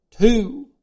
Two